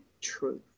truth